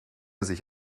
sich